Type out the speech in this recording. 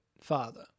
father